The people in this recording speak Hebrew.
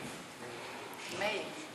מאיר.